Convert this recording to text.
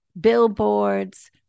billboards